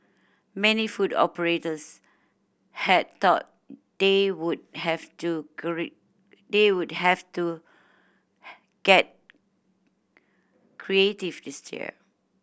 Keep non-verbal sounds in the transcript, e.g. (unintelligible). many food operators had thought they would have to (unintelligible) they would have to get creative this year